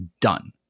done